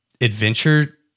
adventure